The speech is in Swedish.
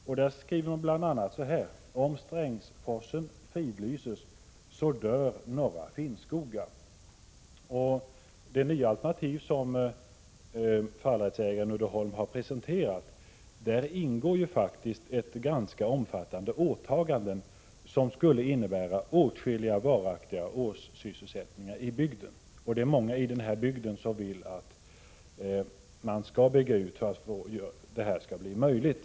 I skrivelserna står bl.a.: Om Strängsforsen fridlyses så dör norra Finnskoga. I det nya alternativ som fallrättsägarna Uddeholm har presenterat ingår faktiskt ett ganska omfattande åtagande som skulle innebära åtskilliga varaktiga årssysselsättningar i bygden. Det är många i = Prot. 1986/87:108 bygden som vill att man skall bygga ut för att detta skall bli möjligt.